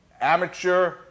amateur